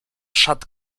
szat